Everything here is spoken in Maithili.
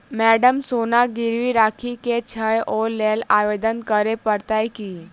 मैडम सोना गिरबी राखि केँ छैय ओई लेल आवेदन करै परतै की?